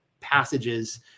passages